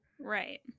right